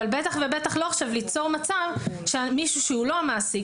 בטח ובטח לא ליצור עכשיו מצב שמישהו שהוא לא המעסיק